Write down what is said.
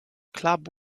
club